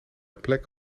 plek